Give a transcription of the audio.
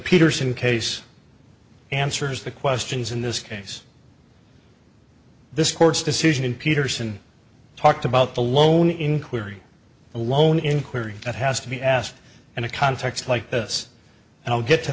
peterson case answers the questions in this case this court's decision in peterson talked about the loan inquiry a loan inquiry that has to be asked in a context like this and i'll get to